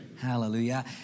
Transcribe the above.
Hallelujah